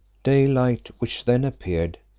day-light, which then appeared,